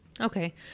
Okay